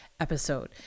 episode